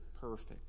perfect